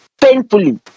painfully